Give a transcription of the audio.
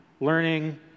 learning